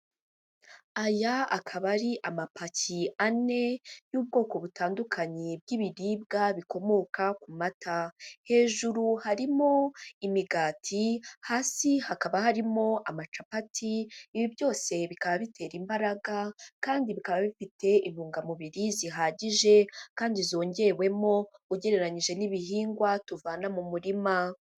Aya akaba ari amapaki ane y'ubwoko butandukanye bw'ibiribwa bikomoka ku mata, hejuru harimo imigati, hasi hakaba harimo amacapati, ibi byose bikaba bitera imbaraga kandi bikaba bifite intungamubiri zihagije kandi zongewemo ugereranyije n'ibihingwa tuvana mu murima.